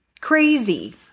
crazy